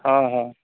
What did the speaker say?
ᱦᱮᱸ ᱦᱮᱸ